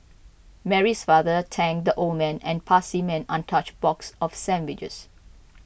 Mary's father thanked the old man and passed man untouched box of sandwiches